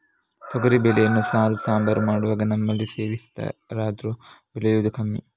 ತೊಗರಿ ಬೇಳೆಯನ್ನ ಸಾರು, ಸಾಂಬಾರು ಮಾಡುವಾಗ ನಮ್ಮಲ್ಲಿ ಸೇರಿಸ್ತಾರಾದ್ರೂ ಬೆಳೆಯುದು ಕಮ್ಮಿ